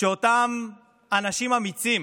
שאותם אנשים אמיצים